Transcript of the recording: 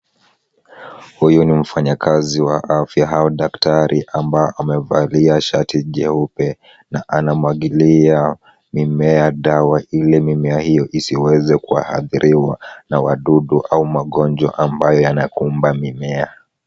Huyu ni mfanyakazi wa afya au daktari ambaye amevalia shati jeupe na anamwagilia mimea dawa ili mimea hiyo isiweze kuathiriwa na wadudu au magonjwa ambayo yanakumba mimea.